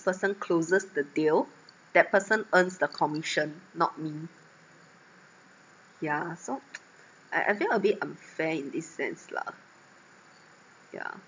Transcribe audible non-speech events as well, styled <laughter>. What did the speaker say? person closes the deal that person earns the commission not me yeah so <noise> I I feel a bit unfair in this sense lah yeah